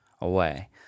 away